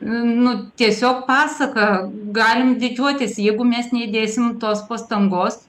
nu tiesiog pasaka galim didžiuotis jeigu mes neįdėsim tos pastangos